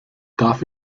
darf